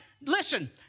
listen